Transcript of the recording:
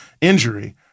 injury